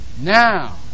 Now